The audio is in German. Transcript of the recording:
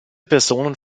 personen